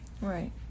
right